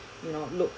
you know look